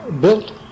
built